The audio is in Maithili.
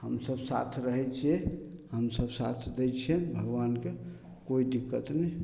हमसब साथ रहय छियै हमसब साथ दै छियनि भगवानके कोइ दिक्कत नहि